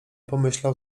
pomyślał